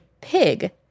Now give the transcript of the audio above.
pig